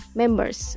members